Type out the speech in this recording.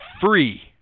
free